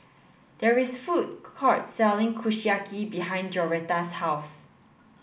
there is a food court selling Kushiyaki behind Joretta's house